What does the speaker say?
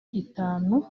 itanu